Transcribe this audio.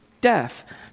death